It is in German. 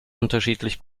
unterschiedlich